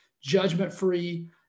Judgment-free